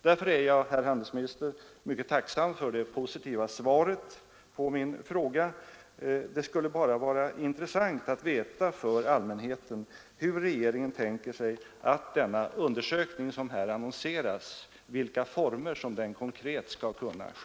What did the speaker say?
Därför är jag, herr handelsminister, mycket tacksam för det positiva svaret på min enkla fråga. Det skulle bara vara intressant för allmänheten att få veta i vilka former den undersökning som här annonserats konkret skall bedrivas.